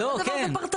אבל כל דבר זה פרטני.